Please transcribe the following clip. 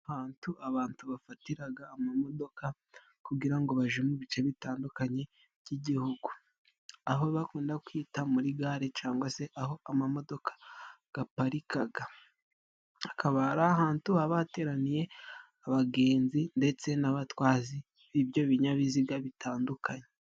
Ahantu abantu bafatiraga amamodoka kugira ngo baje mu bice bitandukanye by'igihugu aho bakunda kwita muri gare cangwa se aho amamodoka gaparikaga akaba ari ahantu haba hateraniye abagenzi ndetse n'abatwazi b'ibyo binyabiziga bitandukanye.